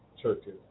churches